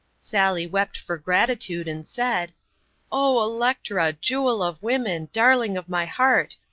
sally wept for gratitude, and said oh, electra, jewel of women, darling of my heart,